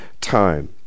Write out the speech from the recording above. time